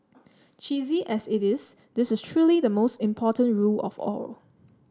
cheesy as it is this is truly the most important rule of all